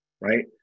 right